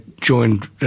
joined